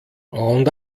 und